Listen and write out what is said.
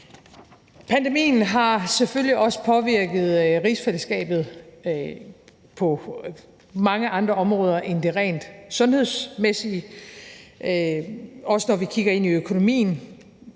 Pandemien har selvfølgelig også påvirket rigsfællesskabet på mange andre områder end det rent sundhedsmæssige, også når vi kigger ind i økonomien.